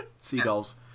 seagulls